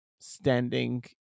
standing